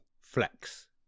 flex